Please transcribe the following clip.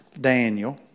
Daniel